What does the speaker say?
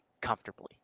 comfortably